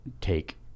take